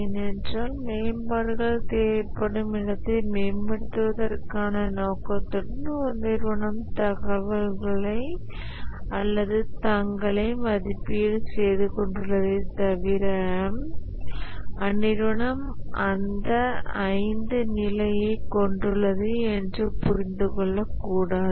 ஏனென்றால் மேம்பாடுகள் தேவைப்படும் இடத்தை மேம்படுத்துவதற்கான நோக்கத்துடன் ஒரு நிறுவனம் தங்களை மதிப்பீடு செய்து கொண்டுள்ளதே தவிர அந்நிறுவனம் 5 நிலையை கொண்டுள்ளது என்று புரிந்து கொள்ள கூடாது